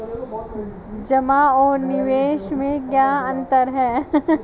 जमा और निवेश में क्या अंतर है?